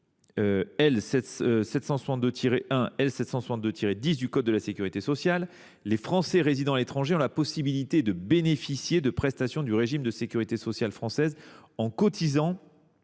762-1 à L. 762-10 du code de la sécurité sociale, les Français résidant à l’étranger ont la possibilité de bénéficier de prestations du régime de sécurité sociale française en cotisant